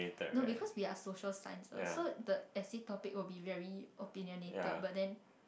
no because we are social science what so the essay topic will be very opinionated but then